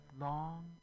long